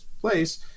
place